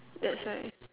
that's why